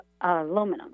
aluminum